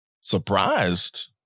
surprised